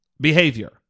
behavior